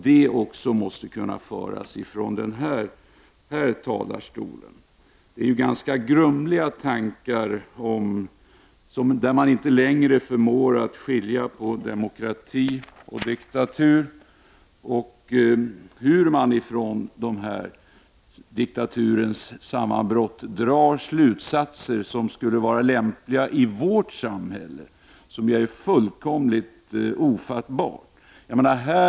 Det är ganska grumliga tankar som kommer fram av dessa samhällskritiker som inte längre förmår att skilja mellan demokrati och diktatur. De drar ofattbara slutsatser för vårt samhälle av de östeuropeiska diktaturernas sammanbrott.